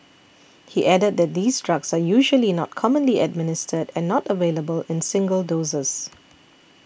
he added that these drugs are usually not commonly administered and not available in single doses